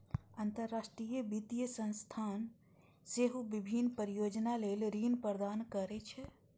अंतरराष्ट्रीय वित्तीय संस्थान सेहो विभिन्न परियोजना लेल ऋण प्रदान करै छै